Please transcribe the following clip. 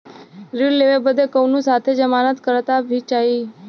ऋण लेवे बदे कउनो साथे जमानत करता भी चहिए?